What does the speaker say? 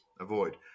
avoid